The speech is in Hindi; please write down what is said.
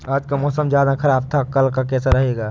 आज का मौसम ज्यादा ख़राब था कल का कैसा रहेगा?